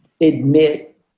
admit